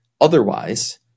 Otherwise